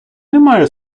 немає